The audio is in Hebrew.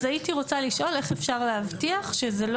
הייתי רוצה לשאול איך אפשר להבטיח שזה לא